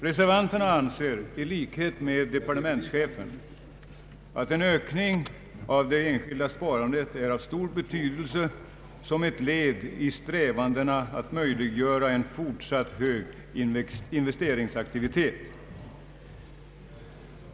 Reservanterna anser i likhet med departementschefen att en ökning av det enskilda sparandet är av stor betydelse som ett led i strävandena att möjliggöra en fortsatt hög investeringsaktivitet.